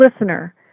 listener